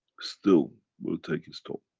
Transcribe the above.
still will take its toll.